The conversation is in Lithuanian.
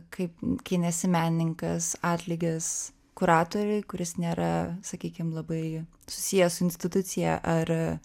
kaip kai nesi menininkas atlygis kuratoriui kuris nėra sakykim labai susijęs su institucija ar